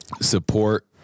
support